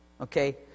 Okay